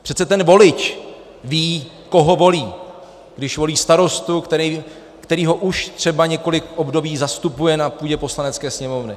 Přece ten volič ví, koho volí, když volí starostu, který ho už třeba několik období zastupuje na půdě Poslanecké sněmovny.